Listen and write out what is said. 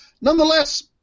Nonetheless